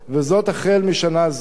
וזאת החל משנה זו.